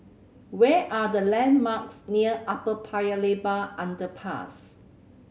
where are the landmarks near Upper Paya Lebar Underpass